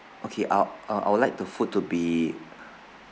okay I'll uh I would like the food to be